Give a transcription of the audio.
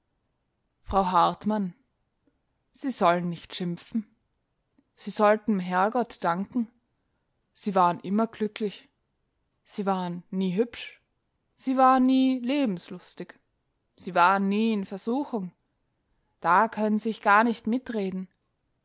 frau hartmann sie sollen nich schimpfen sie sollten m herrgott danken sie waren immer glücklich sie waren nie hübsch sie waren nie lebenslustig sie waren nie in versuchung da könn sie eigentlich gar nich mitreden